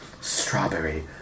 Strawberry